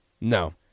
No